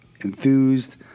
enthused